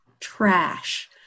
trash